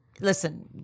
Listen